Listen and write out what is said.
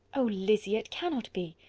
oh, lizzy! it cannot be.